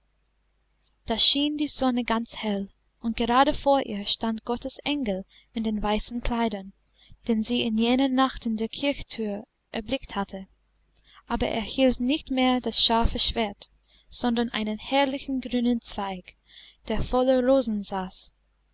da schien die sonne ganz hell und gerade vor ihr stand gottes engel in den weißen kleidern den sie in jener nacht in der kirchthür erblickt hatte aber er hielt nicht mehr das scharfe schwert sondern einen herrlichen grünen zweig der voller rosen saß